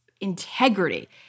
integrity